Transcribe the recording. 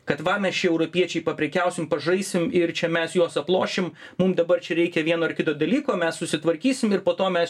kad va mes čia europiečiai paprekiausim pažaisim ir čia mes juos aplošim mum dabar čia reikia vieno ar kito dalyko mes susitvarkysim ir po to mes